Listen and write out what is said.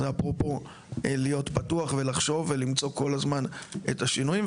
ואפרופו להיות פתוח ולחשוב ולמצוא כל הזמן את השינויים.